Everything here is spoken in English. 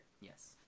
Yes